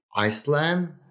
Islam